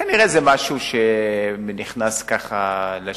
כנראה זה משהו שנכנס לשוק,